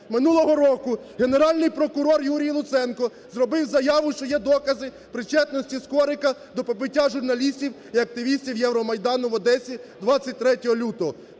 минулого року Генеральний прокурор Юрій Луценко зробив заяву, що є докази причетності Скорика до побиття журналістів і активістів Євромайдану в Одесі 23 лютого.